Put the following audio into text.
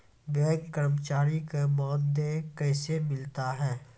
Bank कर्मचारी का मानदेय कैसे मिलता हैं?